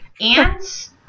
ants